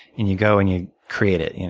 and you go, and you create it. you know